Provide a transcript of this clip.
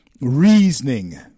reasoning